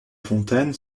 fontaine